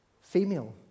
female